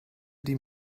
die